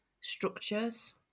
structures